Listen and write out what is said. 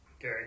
okay